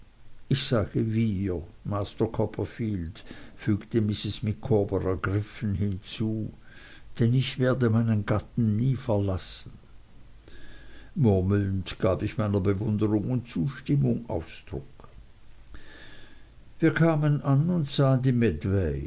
ich sage wir master copperfield fügte mrs micawber ergriffen hinzu denn ich werde meinen gatten nie verlassen murmelnd gab ich meiner bewunderung und zustimmung ausdruck wir kamen an und sahen die